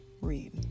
read